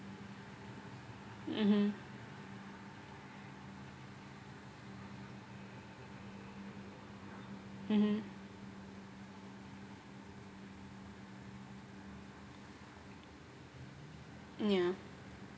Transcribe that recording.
mmhmm mmhmm yeah